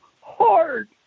hard